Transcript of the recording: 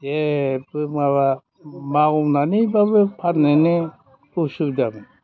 जेबो माबा मावनानैबाबो फाननोनो उसुबिदामोन